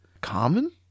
common